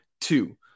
two